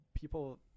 people